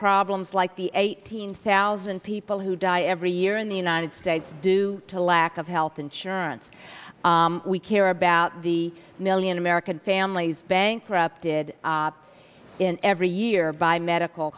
problems like the eight hundred thousand people who die every year in the united states due to lack of health insurance we care about the million american families bankrupted in every year by medical